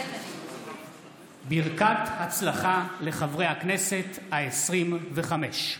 מתחייבת אני ברכת הצלחה לחברי הכנסת העשרים-וחמש.